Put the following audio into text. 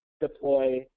deploy